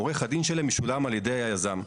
עורך הדין שלהם משולם על ידי היזם,